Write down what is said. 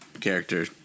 character